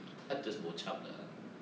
他 just bo chup 的